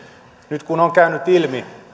nyt kun on käynyt ilmi että